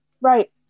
Right